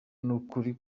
n’ukuri